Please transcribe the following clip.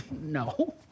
no